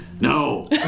No